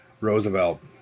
Roosevelt